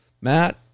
Matt